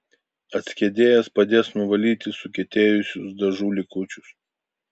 atskiedėjas padės nuvalyti sukietėjusius dažų likučius